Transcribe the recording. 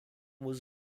was